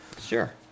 sure